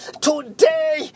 today